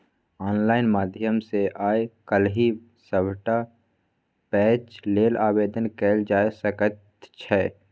online माध्यम सँ आय काल्हि सभटा पैंच लेल आवेदन कएल जाए सकैत छै